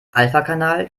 alphakanal